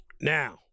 Now